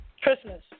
Christmas